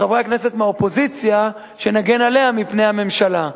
וחברי הכנסת מהאופוזיציה, שנגן עליה מפני הממשלה.